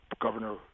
Governor